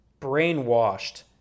brainwashed